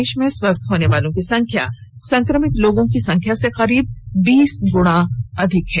देश में स्वस्थ होने वालों की संख्या संक्रमित लोगों की संख्या से करीब बीस गुणा ज्यादा है